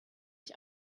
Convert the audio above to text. ich